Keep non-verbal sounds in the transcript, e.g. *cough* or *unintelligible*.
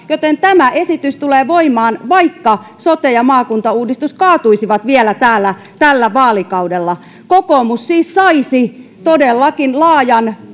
*unintelligible* joten tämä esitys tulee voimaan vaikka sote ja maakuntauudistus kaatuisi vielä tällä vaalikaudella kokoomus siis saisi todellakin laajan *unintelligible*